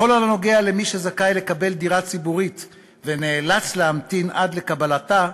בכל הנוגע למי שזכאי לקבל דירה ציבורית ונאלץ להמתין עד לקבלתה,